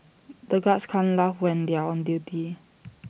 the guards can't laugh when they are on duty